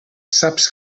saps